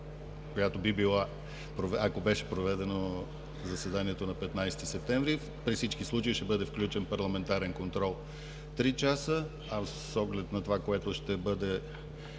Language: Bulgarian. която би била, ако беше проведено заседанието на 15 септември. При всички случаи ще бъде включен парламентарен контрол –три часа, а с оглед на това, което ще бъде